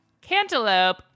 Cantaloupe